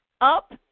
up